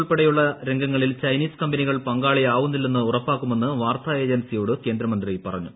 ഉൾപ്പെടെയുള്ള രംഗങ്ങളിൽ ചൈനീസ് കമ്പനികൾ പങ്കാളിയാവുന്നില്ലെന്ന് ഉറപ്പാക്കുമെന്ന് വാർത്താ ഏജൻസിയോട് കേന്ദ്ര മന്ത്രി പറഞ്ഞു